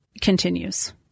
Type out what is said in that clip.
continues